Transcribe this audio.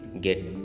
get